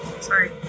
Sorry